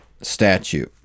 statue